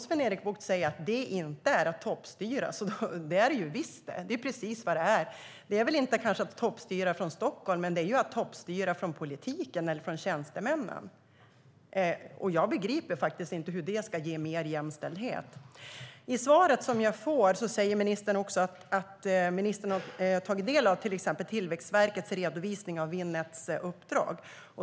Sven-Erik Bucht säger att det inte är att toppstyra, men det är det ju visst! Det är precis vad det är. Det kanske inte är att toppstyra från Stockholm, men det är ju att toppstyra från politiken eller tjänstemännen. Jag begriper faktiskt inte hur det ska ge mer jämställdhet. I svaret jag får säger ministern att han har tagit del av till exempel Tillväxtverkets redovisning av Winnets uppdrag.